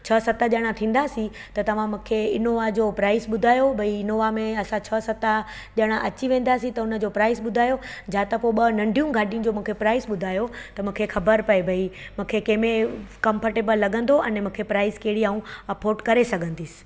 छह सत ॼणा थींदासीं त तव्हां मूंखे इनोवा जो प्राइज ॿुधायो भाई इनोवा में असां छह सत ॼणा अची वेंदासीं त उन जो प्राइज ॿुधायो जा त पोइ ॿ नंढियूं गाॾियुनि जो मूंखे प्राइज ॿुधायो त मूंखे ख़बरु पए भाई मूंखे कंहिंमें कंफर्टेबल लॻंदो अने मूंखे प्राइज कहिड़ी ऐं अफोर्ट करे सघंदसि